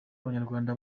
abanyarwanda